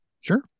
Sure